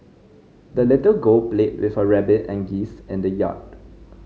the little girl played with her rabbit and geese in the yard